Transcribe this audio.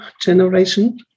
generation